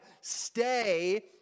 stay